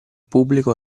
pubblico